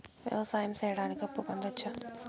వ్యవసాయం సేయడానికి అప్పు పొందొచ్చా?